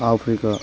Africa